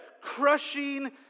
crushing